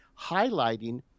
highlighting